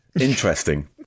interesting